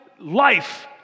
life